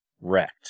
wrecked